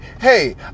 hey